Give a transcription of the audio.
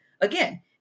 again